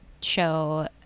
show